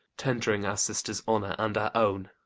tend'ring our sister's honour and our own.